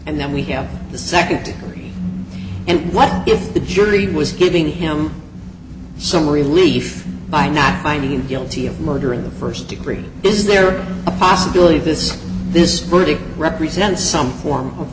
and then we have the second degree and what if the jury was giving him some relief by not finding him guilty of murder in the first degree is there a possibility this is this verdict represents some form of